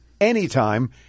anytime